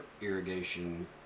irrigation